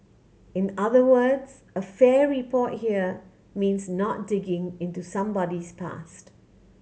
in other words a fair report here means not digging into somebody's past